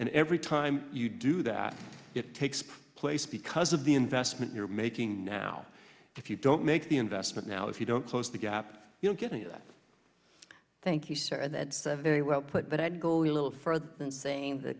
and every time you do that it takes place because of the investment you're making now if you don't make the investment now if you don't close the gap you don't get any of that thank you sir and that says very well put but i'd go a little further in saying th